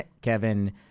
Kevin